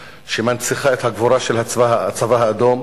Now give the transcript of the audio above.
שמנציחה את הגבורה של הצבא האדום.